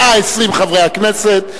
120 חברי הכנסת,